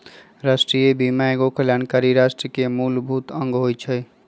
राष्ट्रीय बीमा एगो कल्याणकारी राष्ट्र के मूलभूत अङग होइ छइ